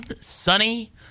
sunny